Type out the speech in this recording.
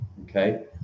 Okay